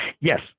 Yes